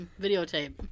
videotape